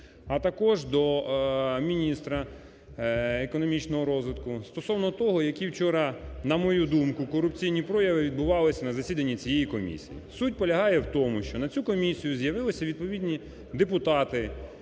а також до міністра економічного розвитку стосовно того, які вчора, на мою думку, корупційні прояви відбувалися на засіданні цієї комісії. Суть полягає в тому, що на цю комісію з'явилися відповідні депутати